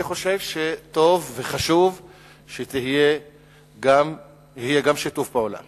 אני חושב שטוב וחשוב שיהיה גם שיתוף פעולה